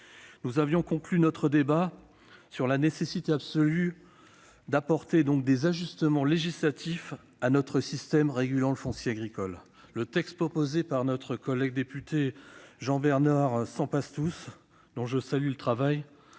Nous avions conclu notre débat sur la nécessité absolue d'apporter des ajustements législatifs à notre système régulant le foncier agricole. Le texte proposé par notre collègue député Jean-Bernard Sempastous, dont je salue le travail,